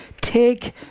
take